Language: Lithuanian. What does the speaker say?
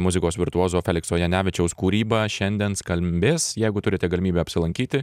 muzikos virtuozo felikso janevičiaus kūryba šiandien skambės jeigu turite galimybę apsilankyti